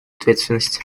ответственность